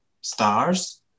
stars